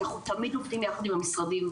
אנחנו תמיד עובדים יחד עם המשרדים.